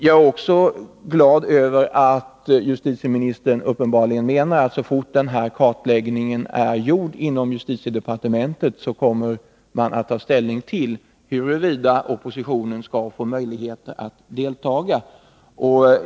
Jag är också glad över att justitieministern uppenbarligen menar att så snart kartläggningen inom justitiedepartementet är gjord, så kommer man att ta ställning till huruvida oppositionen skall få möjligheter att delta.